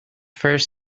first